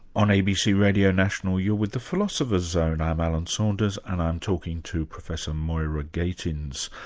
on abc radio national you're with the philosopher's zone. and i'm alan saunders and i'm talking to professor moira gatens,